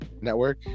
network